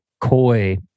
coy